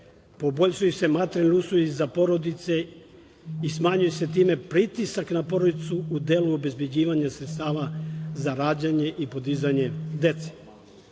poboljšaju se materijalni uslovi za porodice i smanji se time pritisak na porodicu u delu obezbeđivanja sredstava za rađanje i podizanje dece.